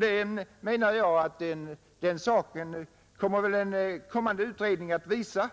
Det, menar jag, kommer väl en utredning att visa.